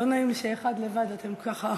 לא נעים לי שיהיה אחד לבד, אתם ככה,